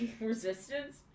resistance